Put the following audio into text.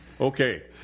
Okay